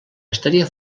estaria